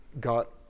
got